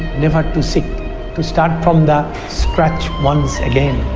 never too sick to start from scratch once again.